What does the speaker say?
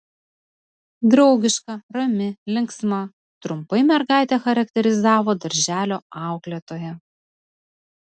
draugiška rami linksma trumpai mergaitę charakterizavo darželio auklėtoja